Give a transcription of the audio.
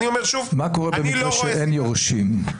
מה קורה במקרה שאין יורשים?